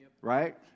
right